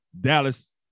Dallas